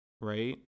Right